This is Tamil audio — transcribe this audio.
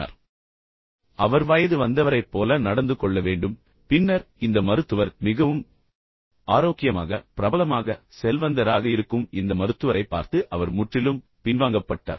அவர் ஒரு மனிதராக இருக்க வேண்டும் அவர் வயது வந்தவரைப் போல நடந்து கொள்ள வேண்டும் பின்னர் இந்த மருத்துவர் மிகவும் ஆரோக்கியமாக மிகவும் பிரபலமாக மற்றும் செல்வந்தராக இருக்கும் இந்த மருத்துவரைப் பார்த்து அவர் முற்றிலும் பின்வாங்கப்பட்டார்